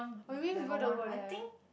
oh you mean people don't go there